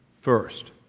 First